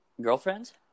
girlfriends